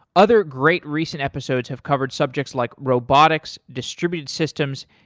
other great recent episodes have covered subjects like robotics, distributed systems,